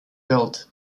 belt